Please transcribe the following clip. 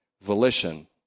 volition